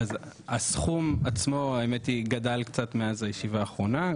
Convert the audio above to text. הסכום עצמו האמת היא גדל קצת מאז הישיבה האחרונה.